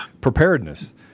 preparedness